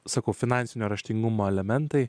sakau finansinio raštingumo elementai